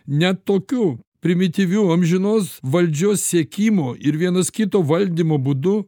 ne tokiu primityviu amžinos valdžios siekimo ir vienas kito valdymo būdu